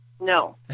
No